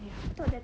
!aiya!